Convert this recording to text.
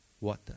water